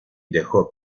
dejó